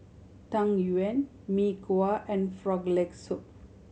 Tang Yuen Mee Kuah and Frog Leg Soup